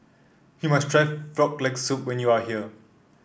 you must try Frog Leg Soup when you are here